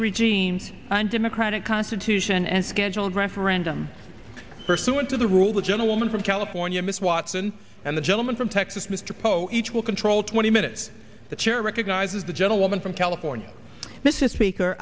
regime and democratic constitution and scheduled referendum pursuant to the rule of a gentlewoman from california miss watson and the gentleman from texas mr poe each will control twenty minutes the chair recognizes the gentlewoman from california mrs speaker